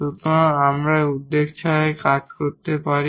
সুতরাং আমরা এখানে উদ্বেগ ছাড়াই করতে পারি